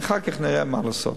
ואחר כך נראה מה לעשות.